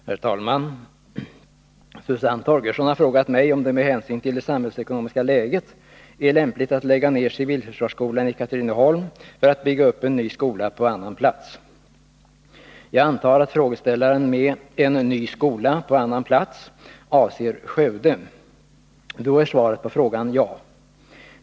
Herr talman! Susann Torgerson har frågat mig om det med hänsyn till det samhällsekonomiska läget är lämpligt att lägga ned civilförsvarsskolan i Katrineholm för att bygga upp en ny skola på annan plats. Jag antar att frågeställaren med ”en ny skola på annan plats” avser Skövde. Då är svaret på frågan ja.